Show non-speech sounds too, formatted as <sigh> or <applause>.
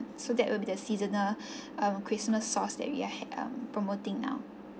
so that will be the seasonal <breath> um christmas sauce that we are ha~ um are promoting now